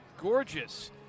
gorgeous